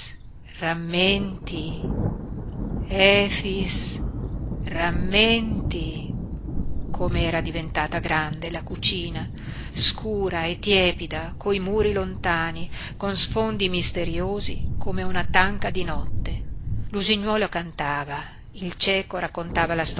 rammenti efix rammenti com'era diventata grande la cucina scura e tiepida coi muri lontani con sfondi misteriosi come una tanca di notte l'usignuolo cantava il cieco raccontava la